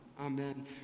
Amen